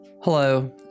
Hello